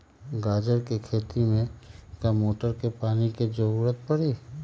गाजर के खेती में का मोटर के पानी के ज़रूरत परी?